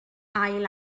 ail